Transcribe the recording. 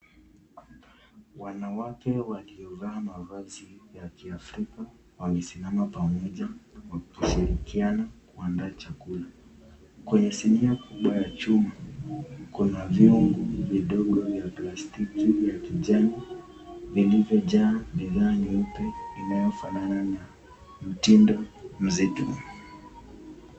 Wanawake waliovaa mavazi ya kiafrika, wamesimama pamoja wakishirikiana kuandaa chakula. Kwenye sinia kubwa ya chuma. kuna vyungu vidogo vya plastiki ya kijani, vilivyojaa bidhaa nyeupe inayofanana na mtindo mzito.